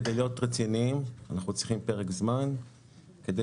כדי להיות רציניים אנחנו צריכים פרק זמן כדי